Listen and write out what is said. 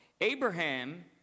Abraham